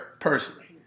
Personally